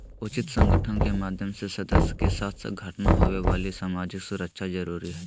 उचित संगठन के माध्यम से सदस्य के साथ घटना होवे वाली सामाजिक सुरक्षा जरुरी हइ